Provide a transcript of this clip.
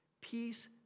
Peace